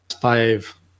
five